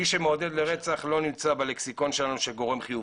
מי שמעודד לרצח לא נמצא בלכסיקון שלנו כגורם חיובי,